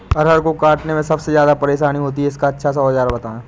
अरहर को काटने में सबसे ज्यादा परेशानी होती है इसका अच्छा सा औजार बताएं?